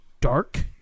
dark